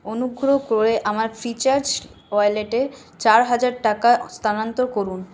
অনুগ্রহ করে আমার ফ্রিচার্জ ওয়ালেটে চার হাজার টাকা স্থানান্তর করুন